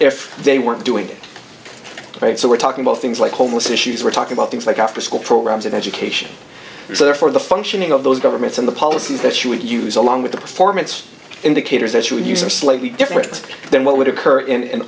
if they weren't doing it right so we're talking about things like homeless issues we're talking about things like afterschool programs and education so therefore the functioning of those governments and the policies that you would use along with the performance indicators that you would use are slightly different then what would occur in an